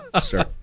Sir